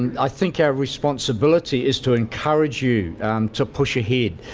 i think our responsibility is to encourage you to push ahead.